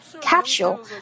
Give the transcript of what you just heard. capsule